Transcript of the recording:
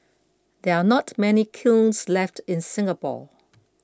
there are not many kilns left in Singapore